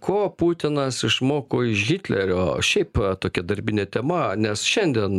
ko putinas išmoko iš hitlerio šiaip tokia darbinė tema nes šiandiena